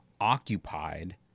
occupied